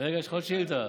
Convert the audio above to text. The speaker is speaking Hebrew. יש לך עוד שאילתה?